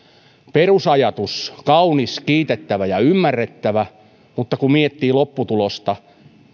perusajatus kaunis kiitettävä ja ymmärrettävä mutta kun miettii lopputulosta